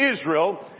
Israel